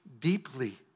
deeply